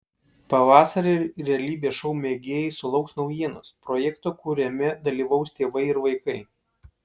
pavasarį realybės šou mėgėjai sulauks naujienos projekto kuriame dalyvaus tėvai ir vaikai